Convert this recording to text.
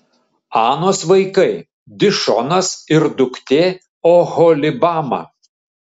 anos vaikai dišonas ir duktė oholibama